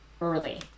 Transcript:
early